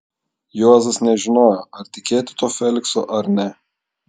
juozas nežinojo ar tikėti tuo feliksu ar ne